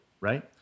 right